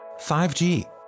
5G